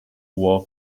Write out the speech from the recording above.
war